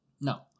No